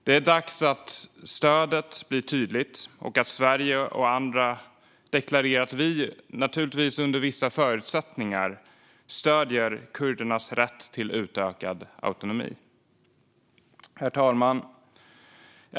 Det är dags att stödet blir tydligt och att Sverige deklarerar att vi, naturligtvis under vissa förutsättningar, stöder kurdernas rätt till utökad autonomi. Herr talman!